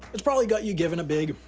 it's probably got you giving a big,